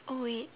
oh wait